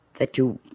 that you